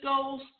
goals